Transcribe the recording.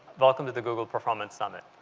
welcome to the google performance summit.